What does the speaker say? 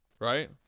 right